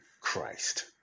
Christ